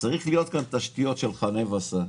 צריכות להיות כאן תשתיות של חנה וסע.